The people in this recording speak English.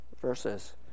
verses